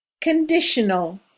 Conditional